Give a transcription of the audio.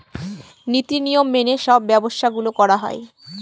নীতি নিয়ম মেনে সব ব্যবসা গুলো করা হয়